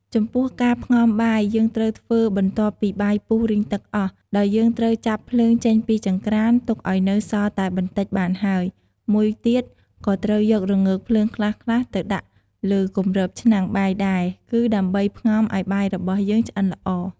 ចំពោះការផ្ងំបាយ យើងត្រូវធ្វើបន្ទាប់ពីបាយពុះរីងទឹកអស់ ដោយយើងត្រូវចាប់ភ្លើងចេញពីចង្រ្កាន ទុកឱ្យនៅសល់តែបន្តិចបានហើយ មួយទៀតក៏ត្រូវយករងើកភ្លើងខ្លះៗទៅដាក់លើគម្របឆ្នាំងបាយដែរ គឺដើម្បីផ្ងំឱ្យបាយរបស់យើងឆ្អិនល្អ។